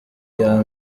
iya